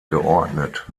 geordnet